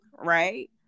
right